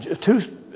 two